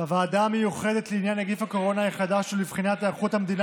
בוועדה המיוחדת לעניין נגיף הקורונה החדש ולבחינת היערכות המדינה